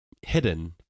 hidden